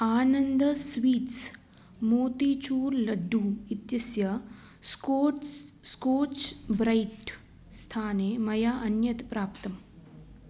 आनन्द sweets motichoor laddu इत्यस्य Scotch Scotch Brite स्थाने मया अन्यत् प्राप्तम्